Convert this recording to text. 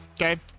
Okay